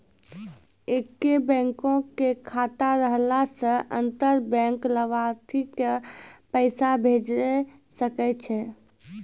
एक्के बैंको के खाता रहला से अंतर बैंक लाभार्थी के पैसा भेजै सकै छै